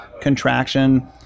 contraction